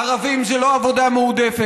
ערבים, זה לא עבודה מועדפת.